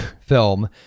film